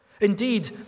Indeed